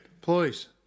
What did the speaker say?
please